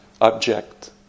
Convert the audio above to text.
object